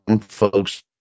folks